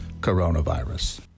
coronavirus